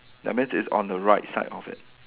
that means it's on the right side of it